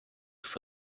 for